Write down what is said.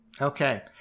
Okay